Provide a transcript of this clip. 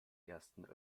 ersten